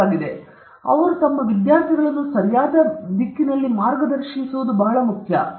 ಮತ್ತು ಜನರು ತಮ್ಮ ವಿದ್ಯಾರ್ಥಿಗಳನ್ನು ಸರಿಯಾಗಿ ಮಾರ್ಗದರ್ಶಿಸಬೇಕೆಂಬುದು ಬಹಳ ಮುಖ್ಯ ಅವರ ತರಬೇತಿದಾರರು ಸರಿಯಾಗಿ